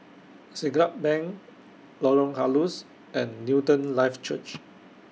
Siglap Bank Lorong Halus and Newton Life Church